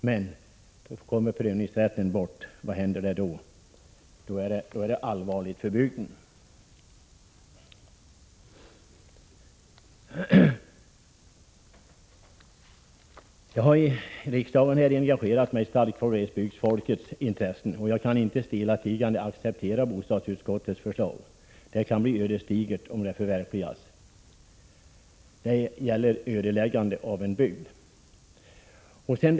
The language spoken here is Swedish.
Om emellertid prövningsrätten försvinner uppstår en allvarlig situation för bygden. Jag har i riksdagen starkt engagerat mig för glesbygdsfolkets intressen, och jag kan inte stillatigande acceptera bostadsutskottets förslag. Det kan bli ödesdigert om det förverkligas. Följden kan bli att en bygd ödeläggs.